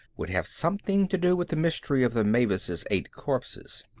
would have something to do with the mystery of the mavis's eight corpses.